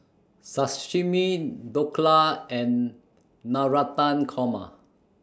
Sashimi Dhokla and Navratan Korma